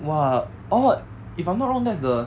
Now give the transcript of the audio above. !wah! orh if I'm not wrong that's the